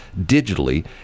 digitally